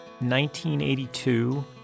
1982